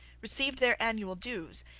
received their annual dues,